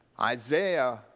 Isaiah